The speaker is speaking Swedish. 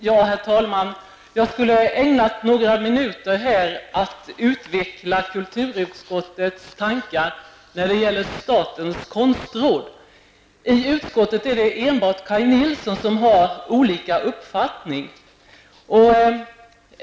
Herr talman! Jag skulle ha ägnat några minuter här till att utveckla kulturutskottets tankar när det gäller statens konstråd. I utskottet är det enbart Kaj Nilsson som har avvikande uppfattning.